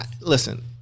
listen